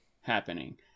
happening